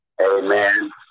Amen